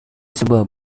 sebuah